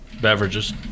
beverages